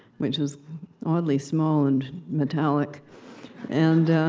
which is oddly small and metallic and